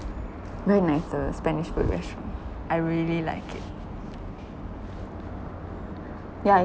very nice the spanish food restaurant I really like it yeah it